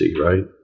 right